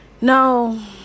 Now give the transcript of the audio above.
No